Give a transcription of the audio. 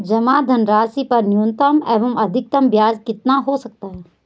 जमा धनराशि पर न्यूनतम एवं अधिकतम ब्याज कितना हो सकता है?